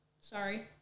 sorry